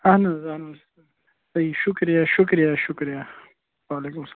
اَہَن حظ اَہَن حظ تی شُکریہ شُکریہ شُکریہ وعلیکُم سلام